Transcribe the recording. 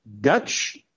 Dutch